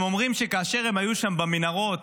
הם אומרים שכשהם היו שם במנהרות,